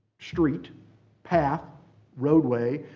street path roadway,